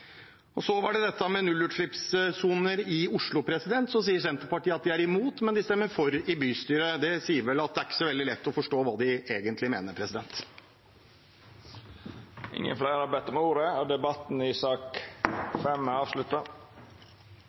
Så var det dette med nullutslippssoner i Oslo. Der sier Senterpartiet at de er imot, men de stemmer for i bystyret. Det sier vel at det ikke er så veldig lett å forstå hva de egentlig mener. Fleire har ikkje bedt om ordet til sak nr. 5. Etter ønske frå transport- og